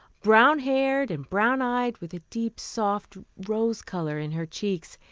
brown-haired and brown-eyed, with a deep, soft rose color in her cheeks,